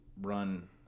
run